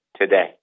today